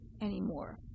anymore